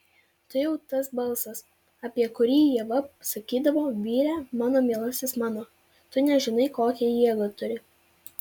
tai jau tas balsas apie kurį ieva sakydavo vyre mano mielasis mano tu nežinai kokią jėgą turi